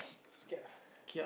scared ah